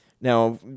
Now